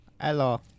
Hello